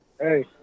Hey